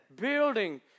Building